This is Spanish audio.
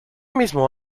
mismo